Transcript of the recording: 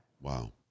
Wow